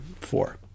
four